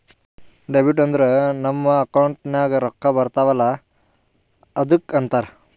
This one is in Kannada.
ಡೆಬಿಟ್ ಅಂದುರ್ ನಮ್ ಅಕೌಂಟ್ ನಾಗ್ ರೊಕ್ಕಾ ಬರ್ತಾವ ಅಲ್ಲ ಅದ್ದುಕ ಅಂತಾರ್